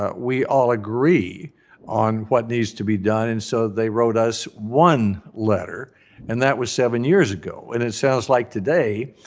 ah we all agree on what needs to be done. and so, they wrote us one letter and that was seven years ago. and it sounds like today,